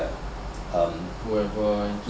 to the employees